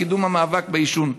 קידום המאבק בעישון.